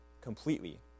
completely